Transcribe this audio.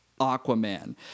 Aquaman